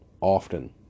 often